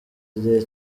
igihe